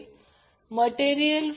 हे समीकरण 4 आहे